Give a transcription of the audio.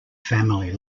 family